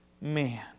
man